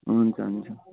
हुन्छ हुन्छ